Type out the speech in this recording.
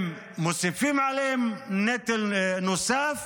הם מוסיפים עליה נטל נוסף